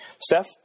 Steph